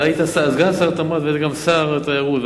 אתה היית סגן שר התמ"ת והיית גם שר התיירות,